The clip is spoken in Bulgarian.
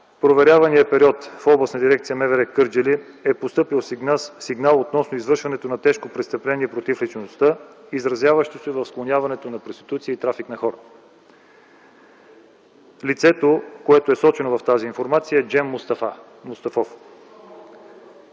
проверявания период в Областна дирекция МВР Кърджали е постъпил сигнал относно извършването на тежко престъпление против личността, изразяващо се в склоняването към проституция и трафик на хора. Лицето, което е сочено в тази информация, е Джем Мустафов,